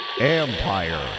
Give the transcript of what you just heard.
Empire